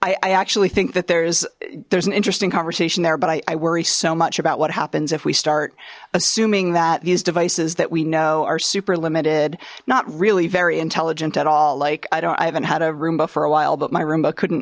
way i actually think that there's there's an interesting conversation there but i worry so much about what happens if we start assuming that these devices that we know are super limited not really very intelligent at all like i don't i haven't had a roomba for a while but my roomba couldn't